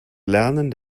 lernen